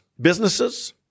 businesses